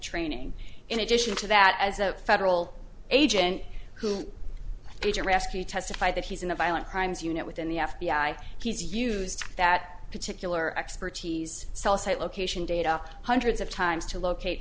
training in addition to that as a federal agent who agent rescue testified that he's in a violent crimes unit within the f b i he's used that particular expertise cell site location data hundreds of times to locate